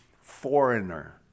foreigner